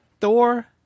Thor